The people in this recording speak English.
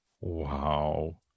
Wow